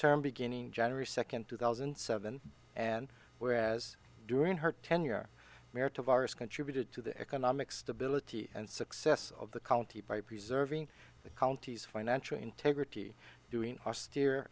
term beginning january second two thousand and seven and whereas during her tenure marriage of ours contributed to the economic stability and success of the county by preserving the county's financial integrity doing austere